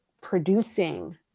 producing